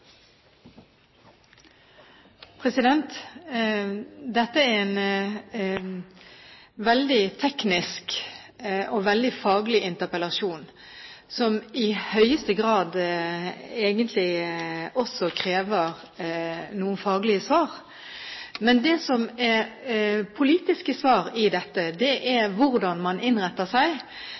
Dette er en veldig teknisk og veldig faglig interpellasjon som i høyeste grad egentlig også krever noen faglige svar. Det som er politiske svar i dette, er hvordan man innretter seg,